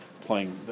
playing